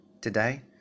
Today